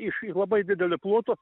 iš labai didelio ploto